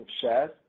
shares